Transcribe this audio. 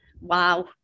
wow